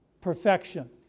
perfection